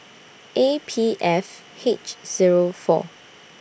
A P F H Zero four